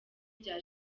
bya